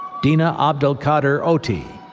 dina abdelkader oti,